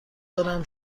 دارم